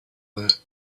that